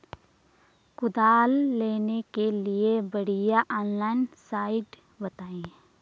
कुदाल लेने के लिए बढ़िया ऑनलाइन साइट बतायें?